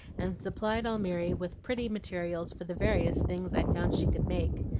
and supplied almiry with pretty materials for the various things i found she could make.